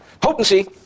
potency